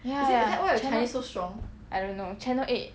ya I don't know channel eight